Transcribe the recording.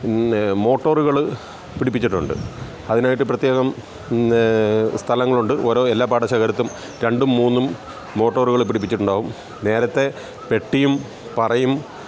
മോട്ടോറുകൾ പിടിപ്പിച്ചിട്ടുണ്ട് അതിനായിട്ട് പ്രത്യേകം സ്ഥലങ്ങളുണ്ട് ഓരോ എല്ലാ പാടശേഖരത്തും രണ്ടും മൂന്നും മോട്ടോറുകൾ പിടിപ്പിച്ചിട്ടുണ്ടാകും നേരത്തെ പെട്ടിയും പറയും